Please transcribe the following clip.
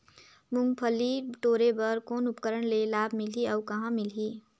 मुंगफली टोरे बर कौन उपकरण ले लाभ मिलही अउ कहाँ मिलही?